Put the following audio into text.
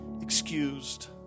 excused